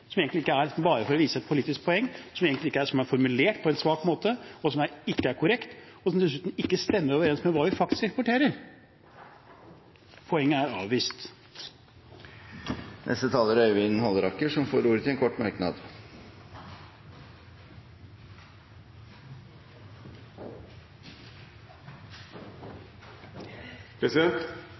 som egentlig bare er for å vise et politisk poeng, som er formulert på en svak måte, som ikke er korrekt, og som dessuten ikke stemmer overens med hva vi faktisk eksporterer? Poenget er avvist. Representanten Øyvind Halleraker har hatt ordet to ganger tidligere og får ordet til en kort merknad,